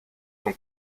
son